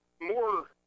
more